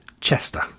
Chester